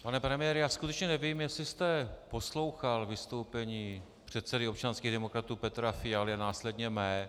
Pane premiére, skutečně nevím, jestli jste poslouchal vystoupení předsedy občanských demokratů Petra Fialy a následně mé.